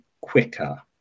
quicker